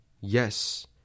Yes